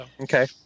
Okay